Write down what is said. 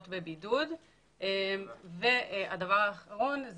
ועד ריסון מלא של כל תקופת ההמלטה.